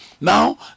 Now